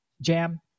Jam